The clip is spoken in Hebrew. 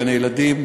גני-ילדים,